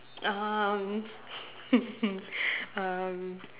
um um